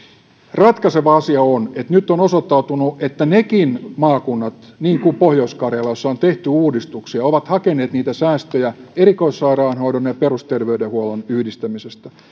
ratkaiseva asia on että nyt on osoittautunut että nekin maakunnat niin kuin pohjois karjala joissa on tehty uudistuksia ovat hakeneet niitä säästöjä erikoissairaanhoidon ja perusterveydenhuollon yhdistämisestä